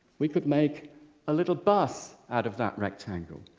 we could make a little bus out of that rectangle.